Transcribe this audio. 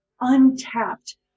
untapped